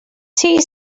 tea